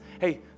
hey